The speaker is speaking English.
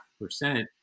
percent